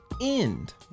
end